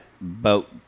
boat